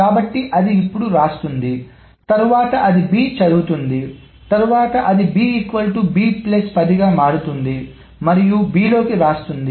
కాబట్టి అది ఇప్పుడు వ్రాస్తుంది తరువాత అది b ను చదువుతుంది తరువాత అది గా మారుతుంది మరియు b లోకి వ్రాస్తుంది